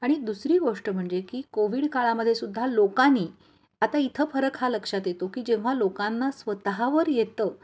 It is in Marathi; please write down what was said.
आणि दुसरी गोष्ट म्हणजे की कोविड काळामध्ये सुद्धा लोकांनी आता इथं फरक हा लक्षात येतो की जेव्हा लोकांना स्वतःवर येतं